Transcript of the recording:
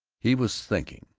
he was thinking.